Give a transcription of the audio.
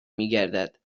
میگردد